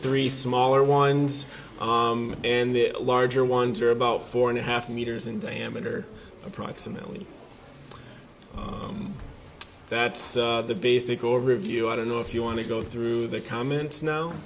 three smaller ones and larger ones are about four and a half meters in diameter approximately that's the basic overview i don't know if you want to go through the comments now